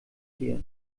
hier